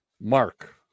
Mark